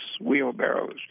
wheelbarrows